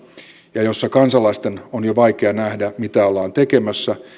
jossa kansalaisten on jo vaikea nähdä mitä ollaan tekemässä